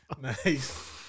Nice